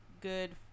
good